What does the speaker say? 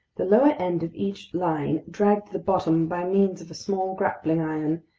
the lower end of each line dragged the bottom by means of a small grappling iron,